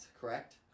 correct